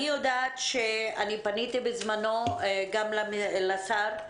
אני פניתי בזמנו גם לשר,